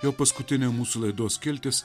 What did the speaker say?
jau paskutinė mūsų laidos skiltis